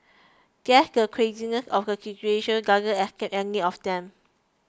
guess the craziness of the situation doesn't escape any of them